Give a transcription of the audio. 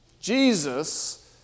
Jesus